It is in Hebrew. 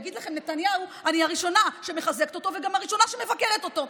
יגיד לכם נתניהו שאני הראשונה שמחזקת אותו וגם הראשונה שמבקרת אותו,